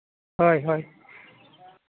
ᱦᱳᱭ ᱦᱳᱭ